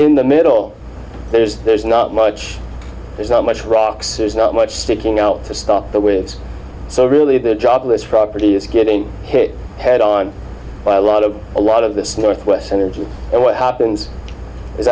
in the middle there's there's not much there's not much rocks there's not much sticking out to stop the winds so really the job of this property is getting hit head on by a lot of a lot of this northwest energy and what happens is